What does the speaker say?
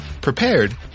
prepared